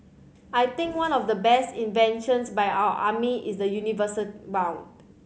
I think one of the best inventions by our army is the universal round